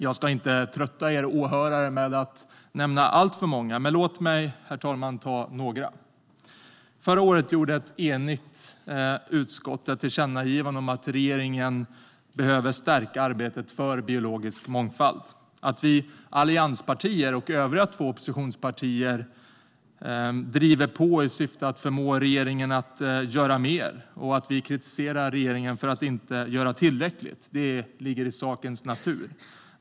Jag ska inte trötta er åhörare med att nämna alltför många. Men låt mig, herr talman, nämna några! Förra året gjorde ett enigt utskott ett tillkännagivande om att regeringen behöver stärka arbetet för biologisk mångfald. Att vi allianspartier och övriga två oppositionspartier driver på i syfte att förmå regeringen att göra mer och att vi kritiserar regeringen för att inte göra tillräckligt ligger i sakens natur.